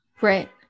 Right